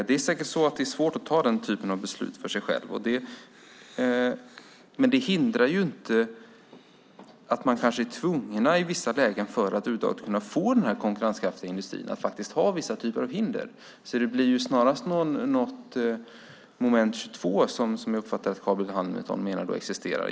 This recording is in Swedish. Det är säkert svårt att ta den typen av beslut för sig själv, men det hindrar inte att man kanske är tvungen i vissa lägen, för att över huvud taget kunna få den här konkurrenskraftiga industrin, att faktiskt ha vissa typer av hinder. Det blir snarast något slags moment 22, som jag uppfattar att Carl B Hamilton menar existerar.